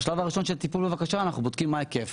בשלב הראשון של הטיפול בבקשה אנחנו בודקים מה ההיקף.